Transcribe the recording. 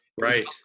Right